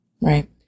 right